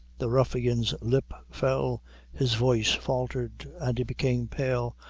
the ruffian's lip fell his voice faltered, and he became pale.